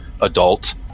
adult